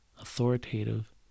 authoritative